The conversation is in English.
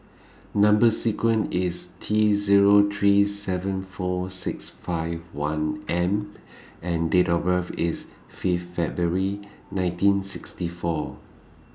Number sequence IS T Zero three seven four six five one M and Date of birth IS Fifth February nineteen sixty four